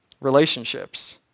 Relationships